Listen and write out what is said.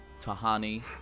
Tahani